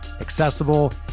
accessible